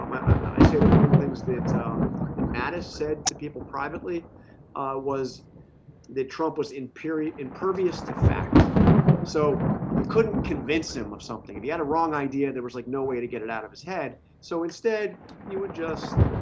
i say that one of the things that ah, that mattis said to people privately was the trump was in period impervious to fact so you couldn't convince him of something if you had a wrong idea there was like no way to get it out of his head so instead you would just